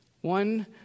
One